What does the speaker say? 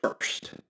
first